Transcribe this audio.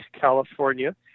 California